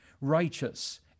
righteous